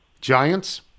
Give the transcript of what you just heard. Giants